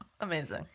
Amazing